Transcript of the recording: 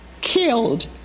killed